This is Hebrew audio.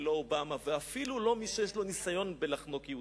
ולא אובמה ואפילו לא מי שיש לו ניסיון בלחנוק יהודים,